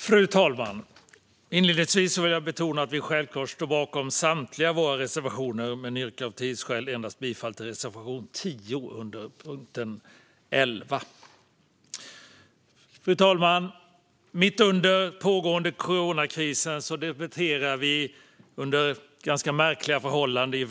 Fru talman! Inledningsvis vill jag betona att vi självklart står bakom samtliga våra reservationer, men av tidsskäl yrkar jag bifall endast till reservation 10 under punkt 11. Fru talman! Mitt under den pågående coronakrisen debatterar vi under ganska märkliga förhållanden